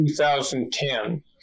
2010